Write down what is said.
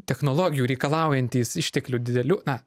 technologijų reikalaujantys išteklių didelių na